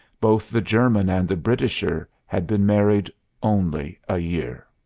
both the german and the britisher had been married only a year.